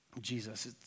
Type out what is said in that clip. Jesus